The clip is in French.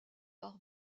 par